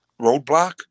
roadblock